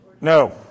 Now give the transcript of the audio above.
No